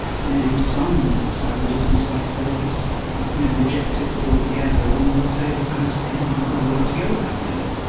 and indeed some psychologists and psychotherapists reject it altogether and would say that perhaps it isn't a good way to go about things.